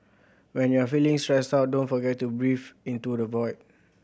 when you are feeling stressed out don't forget to breathe into the void